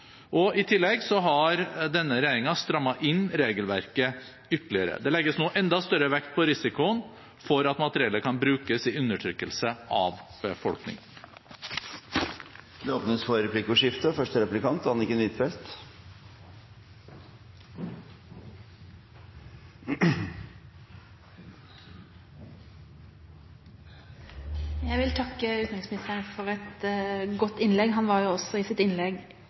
avslått. I tillegg har denne regjeringen strammet inn regelverket ytterligere. Det legges nå enda større vekt på risikoen for at materiellet kan brukes i undertrykkelse av befolkningen. Det blir replikkordskifte. Jeg vil takke utenriksministeren for et godt innlegg. Han var også i sitt innlegg